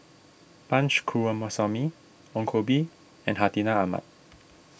Punch Coomaraswamy Ong Koh Bee and Hartinah Ahmad